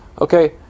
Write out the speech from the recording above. Okay